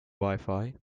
wifi